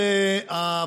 מדבר.